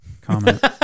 comment